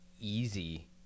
easy